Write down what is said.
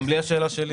גם בלי השאלה שלי.